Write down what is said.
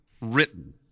written